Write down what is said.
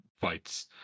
fights